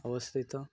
ଅବସ୍ଥିତ